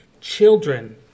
children